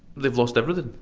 they've lost everything.